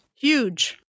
Huge